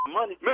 money